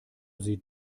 sie